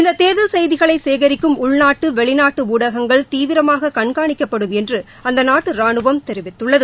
இந்த தேர்தல் செய்திகளை சேகிக்கும் உள்நாட்டு வெளிநாட்டு ஊடகங்கள் தீவிரமாக கண்காணிக்கப்படும் என்று அந்த நாட்டு ராணுவம் தெரிவித்துள்ளது